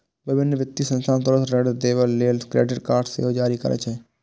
विभिन्न वित्तीय संस्थान त्वरित ऋण देबय लेल क्रेडिट कार्ड सेहो जारी करै छै